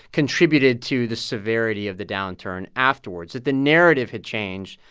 contributed to the severity of the downturn afterwards that the narrative had changed.